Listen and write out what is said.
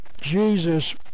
Jesus